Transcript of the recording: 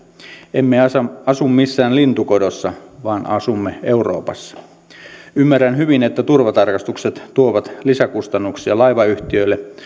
emme asu asu missään lintukodossa vaan asumme euroopassa ymmärrän hyvin että turvatarkastukset tuovat lisäkustannuksia laivayhtiöille